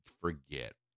forget